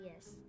Yes